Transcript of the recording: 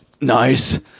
nice